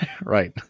Right